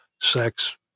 sex